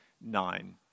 nine